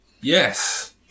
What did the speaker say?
yes